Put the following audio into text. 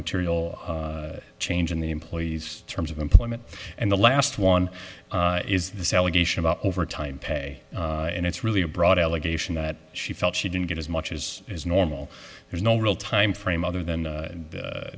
material change in the employee's terms of employment and the last one is this allegation about overtime pay and it's really a broad allegation that she felt she didn't get as much as is normal there's no real time frame other than